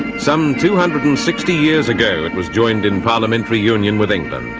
some two hundred and sixty years ago it was joined in parliamentary union with england.